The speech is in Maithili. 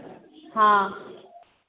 हँ